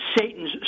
Satan's